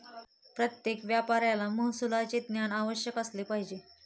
प्रत्येक व्यापाऱ्याला महसुलाचे ज्ञान अवश्य असले पाहिजे